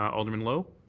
alderman lowe?